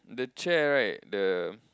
the chair right the